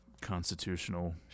constitutional